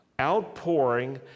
outpouring